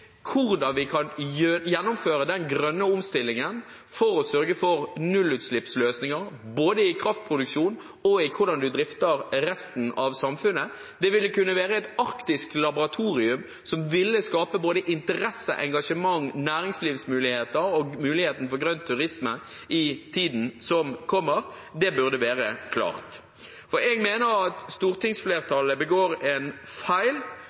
hvordan vi kan gjennomføre den grønne omstillingen for å sørge for nullutslippsløsninger, både i kraftproduksjonen og i hvordan man drifter resten av samfunnet. Det kunne være et arktisk laboratorium som ville skapt både interesse, engasjement, næringslivsmuligheter og muligheten for grønn turisme i tiden som kommer. Det burde være klart. Jeg mener at stortingsflertallet begår en feil,